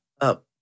up